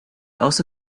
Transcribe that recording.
also